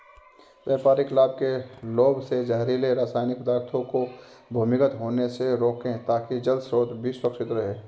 व्यापारिक लाभ के लोभ से जहरीले रासायनिक पदार्थों को भूमिगत होने से रोकें ताकि जल स्रोत भी सुरक्षित रहे